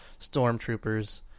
stormtroopers